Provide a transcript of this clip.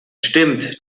stimmt